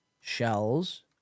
shells